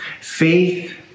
Faith